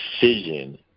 decision